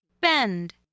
Bend